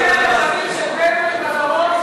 30,000 בתים של בדואים בדרום,